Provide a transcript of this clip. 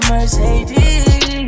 Mercedes